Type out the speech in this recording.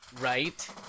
Right